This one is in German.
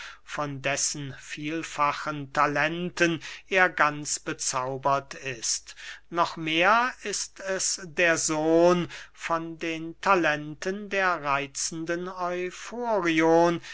von dessen vielfachen talenten er ganz bezaubert ist noch mehr ist es der sohn von den talenten der reitzenden